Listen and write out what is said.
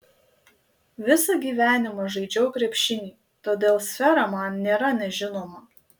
visą gyvenimą žaidžiau krepšinį todėl sfera man nėra nežinoma